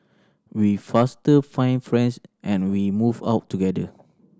we faster find friends and we move out together